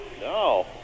No